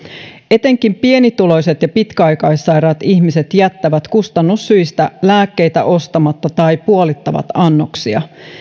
etenkin pienituloiset ja pitkäaikaissairaat ihmiset jättävät kustannussyistä lääkkeitä ostamatta tai puolittavat annoksia